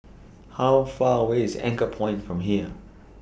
How Far away IS Anchorpoint from here